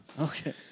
Okay